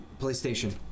PlayStation